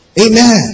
Amen